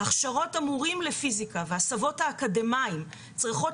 הכשרות המורים לפיזיקה והסבות האקדמאים צריכות